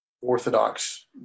orthodox